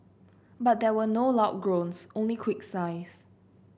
but there were no loud groans only quick sighs